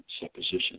supposition